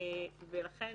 ולכן